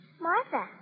Martha